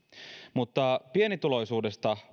mutta pienituloisuudesta